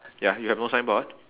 ya you have no signboard